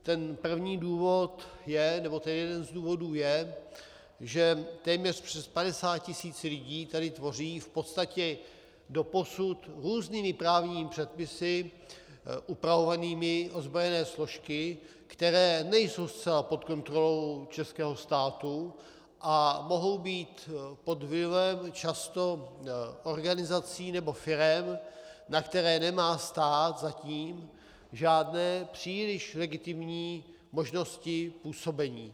Ten první důvod je, nebo jeden z těch důvodů je, že téměř přes 50 tisíc lidí tady tvoří v podstatě doposud různými právními předpisy upravovanými ozbrojené složky, které nejsou zcela pod kontrolou českého státu a mohou být pod vlivem často organizací nebo firem, na které nemá stát zatím žádné příliš legitimní možnosti působení.